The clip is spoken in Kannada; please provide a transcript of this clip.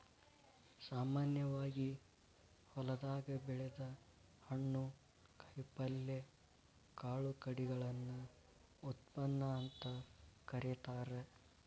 ಸಾಮಾನ್ಯವಾಗಿ ಹೊಲದಾಗ ಬೆಳದ ಹಣ್ಣು, ಕಾಯಪಲ್ಯ, ಕಾಳು ಕಡಿಗಳನ್ನ ಉತ್ಪನ್ನ ಅಂತ ಕರೇತಾರ